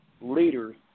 leaders